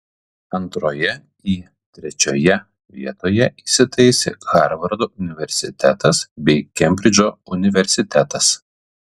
antroje į trečioje vietoje įsitaisė harvardo universitetas bei kembridžo universitetas